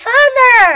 Father